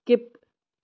skip